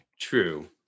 True